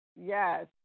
yes